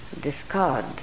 discard